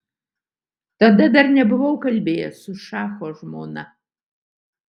tada dar nebuvau kalbėjęs su šacho žmona